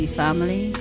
family